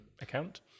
account